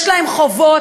יש להם חובות,